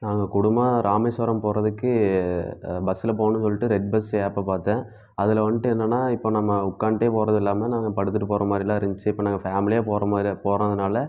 நாங்கள் குடும்பமாக ராமேஸ்வரம் போகறதுக்கு பஸ்ஸில் போகணுன்னு சொல்லிட்டு ரெட் பஸ்ஸு ஆப்பை பார்த்தேன் அதில் வந்துட்டு என்னன்னா இப்போ நம்ம உட்காந்துட்டே போகறது இல்லாமல் நாங்கள் படுத்துகிட்டு போகற மாதிரிலாம் இருந்துச்சு இப்போ நாங்கள் ஃபேமிலியாக போகறமாரியா போகறதுனால